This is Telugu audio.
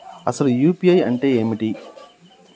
అసలు యూ.పీ.ఐ అంటే ఏమిటి?